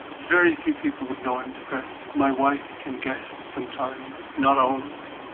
very few people would know i'm depressed. my wife can guess sometimes, not always.